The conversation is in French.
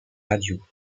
radio